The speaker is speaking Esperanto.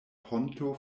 ponto